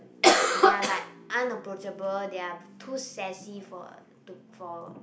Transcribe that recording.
they're like unapproachable they are too sassy for a to for a